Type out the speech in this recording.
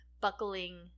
buckling